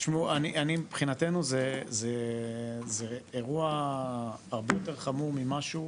תשמעו, מבחינתנו זה אירוע הרבה יותר חמור ממשהו,